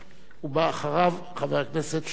ובא אחריו, חבר הכנסת שלמה מולה.